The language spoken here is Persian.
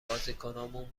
بازیکنامون